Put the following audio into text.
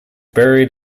buried